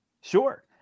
Sure